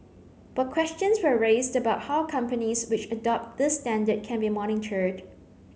but questions were raised about how companies which adopt this standard can be monitored